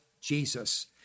Jesus